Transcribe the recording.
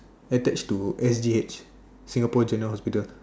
attached to S_G_H Singapore general hospital